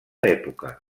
època